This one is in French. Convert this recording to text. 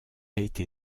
été